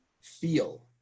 feel